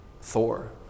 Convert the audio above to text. Thor